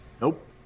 Nope